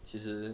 其实